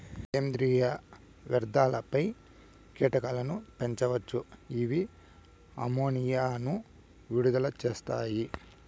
సేంద్రీయ వ్యర్థాలపై కీటకాలను పెంచవచ్చు, ఇవి అమ్మోనియాను విడుదల చేస్తాయి